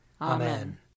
Amen